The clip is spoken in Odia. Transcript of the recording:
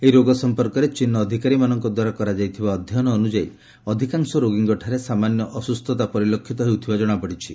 ଏହି ରୋଗ ସଂପର୍କରେ ଚୀନର ଅଧିକାରୀମାନଙ୍କ ଦ୍ୱାରା କରାଯାଇଥିବା ଅଧ୍ୟୟନ ଅନୁଯାୟୀ ଅଧିକାଂଶ ରୋଗୀଙ୍କଠାରେ ସାମାନ୍ୟ ଅସୁସ୍ଥତା ପରିଲକ୍ଷିତ ହେଉଥିବାର ଜଣାପଡ଼ିଛି